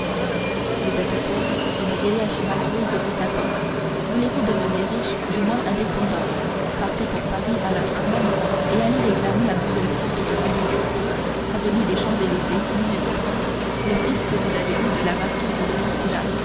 vous êtes pauvre une vieillesse malheureuse vous attend voulez-vous devenir sinon riche du moins indépendant partez pour paris à l'instant même et allez réclamer à m le comte de monte cristo avenue des champs-élysées n le fils que vous avez eu de la marquise de